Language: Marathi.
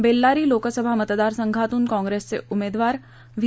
बेल्लारी लोकसभा मतदारसंघातून काँग्रिसचे उमेदवार व्ही